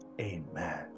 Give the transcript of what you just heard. Amen